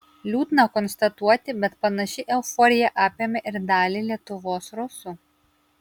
liūdna konstatuoti bet panaši euforija apėmė ir dalį lietuvos rusų